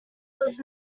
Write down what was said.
was